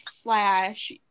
slash